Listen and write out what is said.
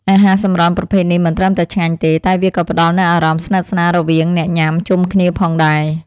អាហារសម្រន់ប្រភេទនេះមិនត្រឹមតែឆ្ងាញ់ទេតែវាក៏ផ្តល់នូវអារម្មណ៍ស្និទ្ធស្នាលរវាងអ្នកញ៉ាំជុំគ្នាផងដែរ។